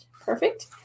Perfect